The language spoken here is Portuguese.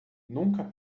nunca